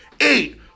eight